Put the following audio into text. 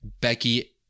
Becky